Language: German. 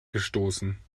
gestoßen